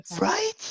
Right